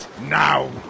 Now